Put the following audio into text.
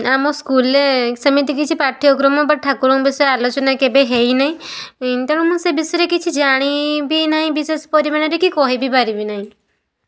ଆମ ସ୍କୁଲରେ ସେମିତି କିଛି ପାଠ୍ୟକ୍ରମ ବା ଠାକୁରଙ୍କ ବିଷୟରେ ଆଲୋଚନା କେବେ ହେଇନାହିଁ ତେଣୁ ମୁଁ ସେ ବିଷୟରେ କିଛି ମୁଁ ଜାଣି ବି ନାହିଁ ବିଶେଷ ପରିମାଣରେ କି କହିବି ପାରିବି ନାହିଁ